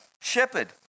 shepherd